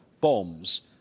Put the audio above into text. bombs